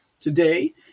today